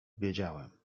wiedziałem